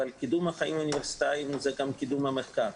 אבל קידום החיים האוניברסיטאיים זה גם קידום המחקר,